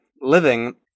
Living